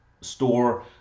store